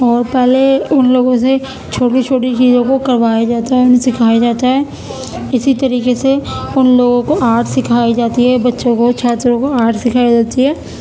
اور پہلے ان لوگوں سے چھوٹی چھوٹی چیزوں کو کروایا جاتا ہے سکھایا جاتا ہے اسی طریقے سے ان لوگوں کو آرٹ سکھائی جاتی ہے بچوں کو چھاتروں کو آرٹ سکھائی جاتی ہے